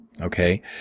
Okay